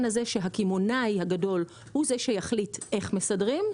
שהקמעונאי הגדול יחליט איך מסדרים,